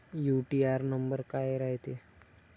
UTR number काय रायते?